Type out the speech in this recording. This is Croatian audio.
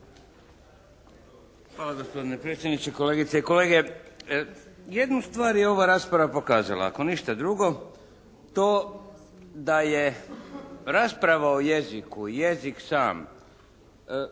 Hvala gospodine predsjedniče. Kolegice i kolege. Jednu stvar je ova rasprava pokazala. Ako ništa drugo to da je rasprava o jeziku i jezik sam